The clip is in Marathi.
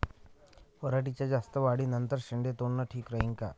पराटीच्या जास्त वाढी नंतर शेंडे तोडनं ठीक राहीन का?